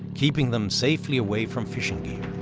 keeping them safely away from fishing gear.